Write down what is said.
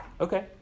Okay